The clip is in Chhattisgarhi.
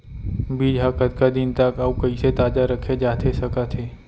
बीज ह कतका दिन तक अऊ कइसे ताजा रखे जाथे सकत हे?